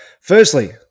Firstly